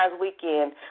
weekend